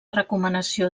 recomanació